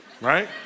right